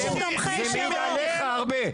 זה מעיד עליך הרבה,